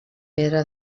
pedra